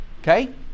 okay